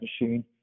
machine